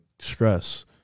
stress